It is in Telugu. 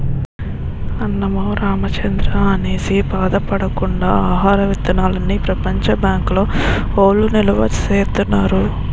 అన్నమో రామచంద్రా అనేసి బాధ పడకుండా ఆహార విత్తనాల్ని ప్రపంచ బ్యాంకు వౌళ్ళు నిలవా సేత్తన్నారు